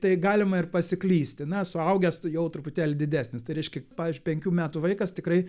tai galima ir pasiklysti na suaugęs tu jau truputėlį didesnis tai reiškia pavyzdžiui penkių metų vaikas tikrai